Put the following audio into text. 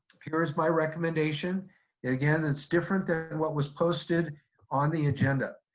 here is my recommendation. and again, it's different than and what was posted on the agenda.